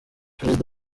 perezida